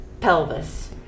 Pelvis